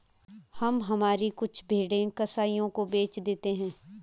हम हमारी कुछ भेड़ें कसाइयों को बेच देते हैं